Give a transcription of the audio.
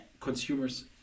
consumers